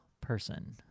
person